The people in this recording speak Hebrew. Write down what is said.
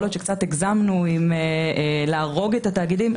להיות שקצת הגזמנו עם להרוג את התאגידים.